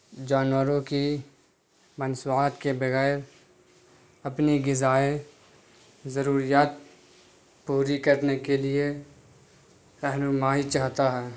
جانوروں کی مصنوعات کے بغیر اپنی غذائی ضروریات پوری کرنے کے لیے رہنمائی چاہتا ہے